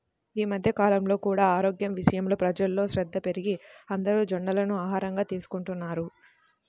ఈ మధ్య కాలంలో కూడా ఆరోగ్యం విషయంలో ప్రజల్లో శ్రద్ధ పెరిగి అందరూ జొన్నలను ఆహారంగా తీసుకుంటున్నారు